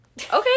Okay